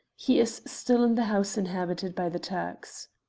he is still in the house inhabited by the turks.